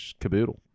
caboodle